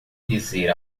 dizer